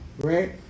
right